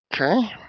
Okay